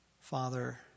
Father